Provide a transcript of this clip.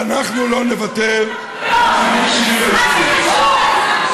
ואנחנו לא נוותר, מה זה קשור להתנחלויות?